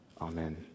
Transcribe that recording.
Amen